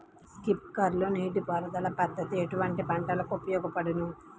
Sprinkler నీటిపారుదల పద్దతి ఎటువంటి పంటలకు ఉపయోగపడును?